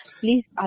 Please